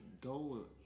go